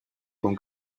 con